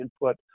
input